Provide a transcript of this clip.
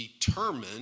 determined